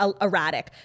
erratic